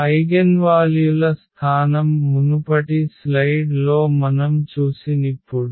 ఐగెన్వాల్యుల స్థానం మునుపటి స్లైడ్ లో మనం చూసినఇప్పుడు